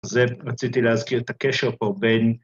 ‫אז רציתי להזכיר את הקשר פה בין...